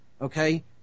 okay